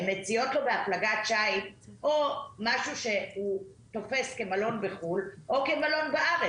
הן מציעות לו בהפלגת שיט משהו שנתפס כמלון בחו"ל או כמלון בארץ.